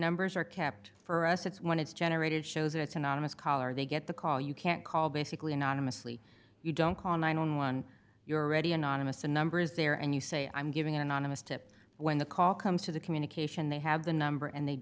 numbers are kept for us it's when it's generated shows it's anonymous caller they get the call you can't call basically anonymously you don't call ninety one you're ready anonymous the number is there and you say i'm giving an anonymous tip when the call comes to the communication they have the number and they